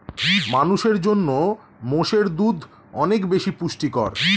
মানুষের জন্য মোষের দুধ অনেক বেশি পুষ্টিকর